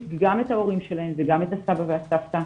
גם את ההורים שלהם וגם את הסבא והסבתא.